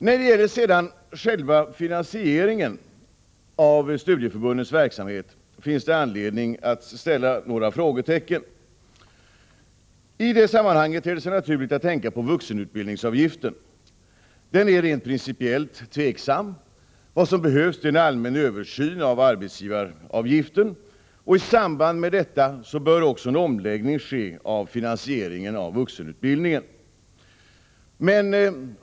När det gäller själva finansieringen av studieförbundens verksamhet finns det anledning till några frågetecken. I det sammanhanget ter det sig naturligt att tänka på vuxenutbildningsavgiften. Den är rent principiellt tveksam. Vad som behövs är en allmän översyn av arbetsgivaravgiften. I samband därmed bör en omläggning ske av finansieringen av vuxenutbildningen.